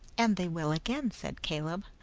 and they will again, said caleb.